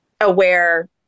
aware